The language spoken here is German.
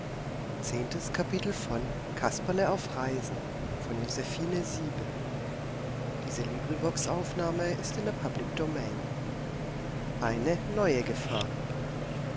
eine neue gefahr